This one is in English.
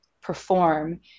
perform